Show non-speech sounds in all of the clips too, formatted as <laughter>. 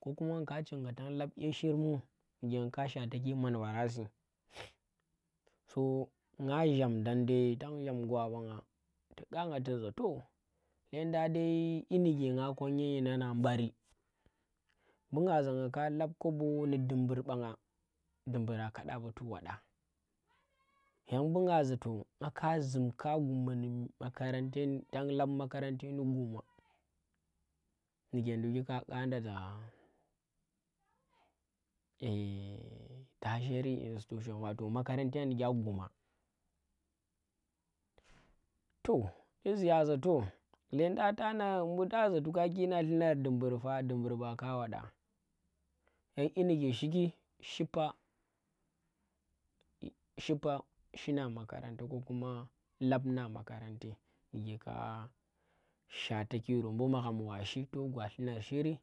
Ko kuma nga ka chigha tan lab ee shirmu ndi ke nga ka shwata ki man varansi, <noise> so nga zham dang dai tan zham gwa banga tu ƙanga tu za toh lendang dai yinike nga konyi yinang nang bari, bu nga za nga ka lab kobo ndi dumbur banga dumburang ka ɗaba tu waɗa, yan bu nga zi toh nga ka zum ƙya guma ndi makarante tang lab makaranta ndi guma ndike dukki ka ƙanda za <hesitation> tertiary institution wato makarante ndike a guma, toh ti ziya za to llendang tana mbu ta za to ka ki llunar dumbur fa dumbur ɓa ka waɗa, yan inike shiki shipa shipa shina makaranta kokuma lab nda makarante ndike ka shwata kiro bu magham wa shi toh gwa lhunar shiri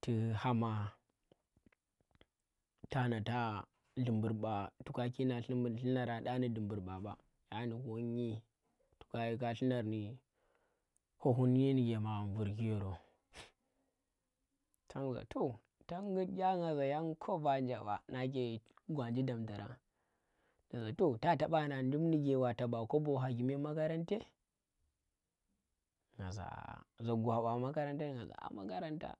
ti hama tana ta dumbur ba to ka kina llunar lhunarang kya ndi dumbur ba ba tana ko nyi to ka yikya lhunar ndi kokuma ki ndike magham vur ki yoro. Tang za toh tang gut kyan nga za yan kobon anje ɓa, na ke gwanji damta rang, tu za toh ta taba nah duk ndike wa taba kobo ha kume makarante nga za aa za gwa ba makaranta nje nga za a makaranta.